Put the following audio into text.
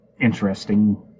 interesting